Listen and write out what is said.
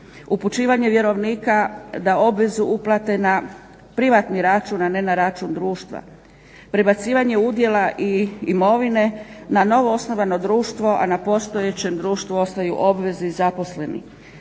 upućivanje vjerovnika da obvezu uplate na privatni račun a ne na račun društva, prebacivanje udjela i imovine na novo osnovano društvo, a na postojećem društvu ostaju obveze i zaposleni,